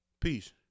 peace